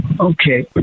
Okay